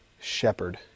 shepherd